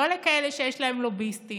לא לכאלה שיש להם לוביסטים,